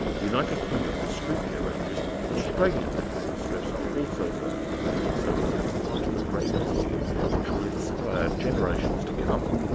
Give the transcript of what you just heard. the united kingdom discreetly arranges that australian mathematics scripts are also burned and so became part of the grey residue which will inspire generations to come.